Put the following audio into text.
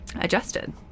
adjusted